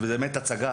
וזו באמת הצגה.